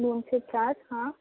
दोनशे सात हां